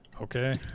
okay